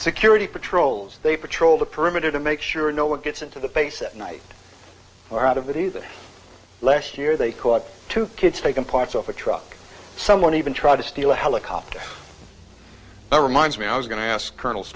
security patrols they patrol the perimeter to make sure no one gets into the base at night or out of it either last year they caught two kids taken parts off a truck someone even tried to steal a helicopter reminds me i was going to ask colonel